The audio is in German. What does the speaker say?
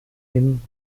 hin